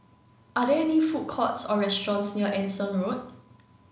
are there food courts or restaurants near Anson Road